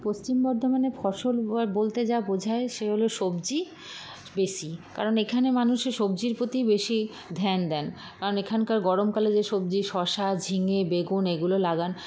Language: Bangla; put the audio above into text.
পশ্চিম বর্ধমানে ফসল বলতে যা বোঝায় সে হলো সবজি বেশী কারণ এখানে মানুষে সবজির প্রতিই বেশী ধ্যান দেন কারণ এখানকার গরমকালে যে সবজি শসা ঝিঙে বেগুন এগুলো লাগান